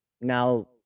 now